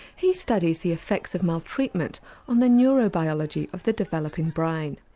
he studies the effects of maltreatment on the neurobiology of the developing brain.